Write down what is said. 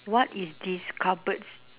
what is these cardboards